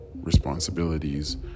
responsibilities